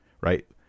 right